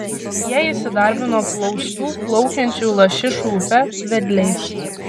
jie įsidarbino plaustų plaukiančių lašišų upe vedliais